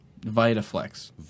VitaFlex